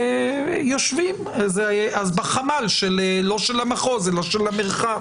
שיושבים אז בחמ"ל לא של המחוז ולא של מרחב.